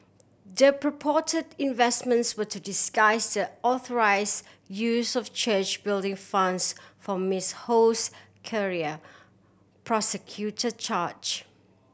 the purported investments were to disguise the unauthorise use of church building funds for Miss Ho's career prosecutor charge